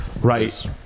Right